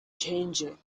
changing